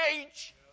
age